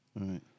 Right